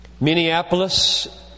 Minneapolis